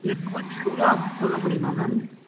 இதுக்கு கொஞ்சம் எவ்வளோ ஆகுன்னு சொல்ல முடியுமா மேம்